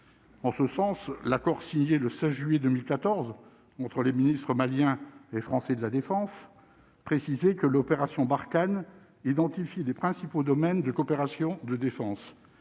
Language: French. En ce sens, l'accord signé le 16 juillet 2014 entre les ministres maliens et français de la Défense, précisé que l'opération Barkhane identifier les principaux domaines de coopération de défense,